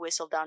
Whistledown